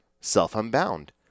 self-unbound